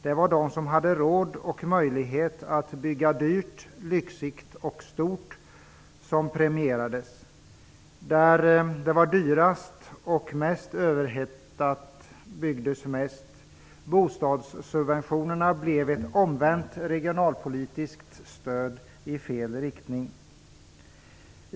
Det var de som hade råd och möjlighet att bygga dyrt, lyxigt och stort som premierades. Där det var dyrast och mest överhettat byggdes det mest. Bostadssubventionerna blev ett omvänt regionalpolitiskt stöd i fel riktning.